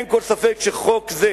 אין כל ספק שחוק זה